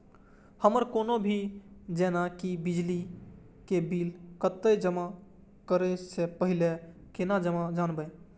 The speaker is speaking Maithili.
हमर कोनो भी जेना की बिजली के बिल कतैक जमा करे से पहीले केना जानबै?